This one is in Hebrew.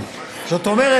זאת אומרת,